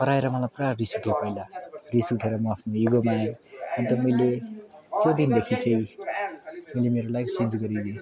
कराएर मलाई पुरा रिस उठ्यो पहिला रिस उठेर म आफ्नो इगोमा आएँ अन्त मैले त्यो दिनदेखि चाहिँ मेरो लाइफ चेन्ज गरिदिएँ